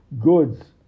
goods